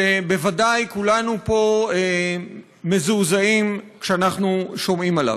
שבוודאי כולנו פה מזועזעים כשאנחנו שומעים עליו.